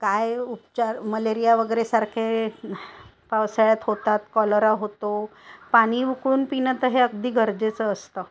काय उपचार मलेरिया वगैरेसारखे पावसाळ्यात होतात कॉलरा होतो पाणी उकळून पिणं तर हे अगदी गरजेचं असतं